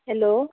hello